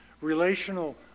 relational